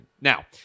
Now